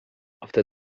after